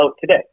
today